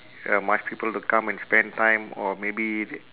ya much people to come and spend time or maybe